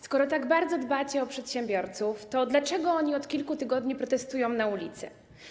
Skoro tak bardzo dbacie o przedsiębiorców, to dlaczego oni od kilku tygodni protestują na ulicy?